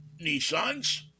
Nissans